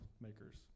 makers